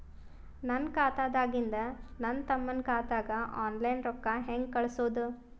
ನನ್ನ ಖಾತಾದಾಗಿಂದ ನನ್ನ ತಮ್ಮನ ಖಾತಾಗ ಆನ್ಲೈನ್ ರೊಕ್ಕ ಹೇಂಗ ಕಳಸೋದು?